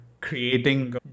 creating